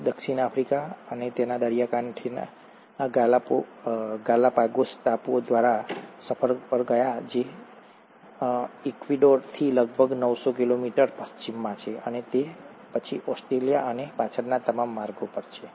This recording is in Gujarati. તે દક્ષિણ આફ્રિકા દક્ષિણ અમેરિકાના દરિયાકાંઠે ગાલાપાગોસ ટાપુઓ દ્વારા સફર પર ગયો જે ઇક્વાડોરથી લગભગ નવસો કિલોમીટર પશ્ચિમમાં છે અને પછી ઑસ્ટ્રેલિયા અને પાછળના તમામ માર્ગો છે